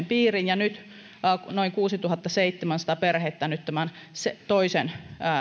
piiriin ja nyt noin kuusituhattaseitsemänsataa perhettä tämän toisen